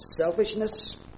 Selfishness